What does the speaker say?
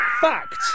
Fact